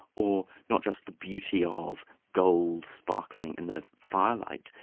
or not just the beauty um of gold sparkling in the firelight,